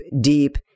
deep